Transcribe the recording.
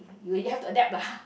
you really have to adapt lah